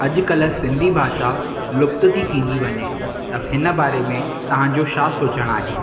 अॼुकल्ह सिंधी भाषा लुप्तु थी थींदी वञे त हिन बारे में तव्हां जो छा सोचणु आहे